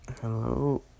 Hello